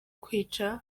kwica